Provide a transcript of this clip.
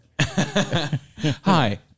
Hi